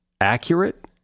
accurate